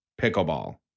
pickleball